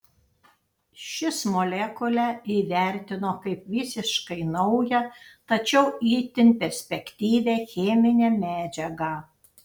šis molekulę įvertino kaip visiškai naują tačiau itin perspektyvią cheminę medžiagą